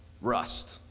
rust